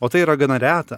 o tai yra gana reta